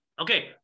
Okay